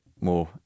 more